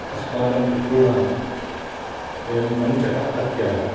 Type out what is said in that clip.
अस्माकं पितॄणां वयं पञ्चः अपत्याः